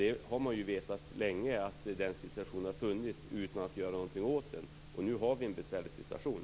Det har man vetat länge utan att göra någonting åt det, och nu har vi en besvärlig situation.